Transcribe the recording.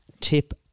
Tip